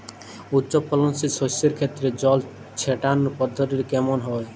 উচ্চফলনশীল শস্যের ক্ষেত্রে জল ছেটানোর পদ্ধতিটি কমন হবে?